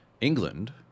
England